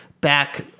back